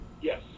yes